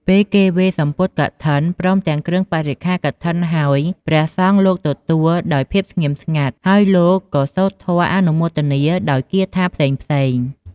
ពេលគេវេរសំពត់កឋិន ព្រមទាំងគ្រឿងបរិក្ខារកឋិនហើយ ព្រះសង្ឃលោកទទួលដោយភាពស្ងៀមស្ងាត់ ហើយលោកក៏សូត្រធម៌អនុមោទនាដោយគាថាផ្សេងៗ។